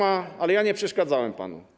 Ale ja nie przeszkadzałem panu.